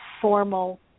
formal